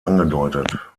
angedeutet